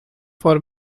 for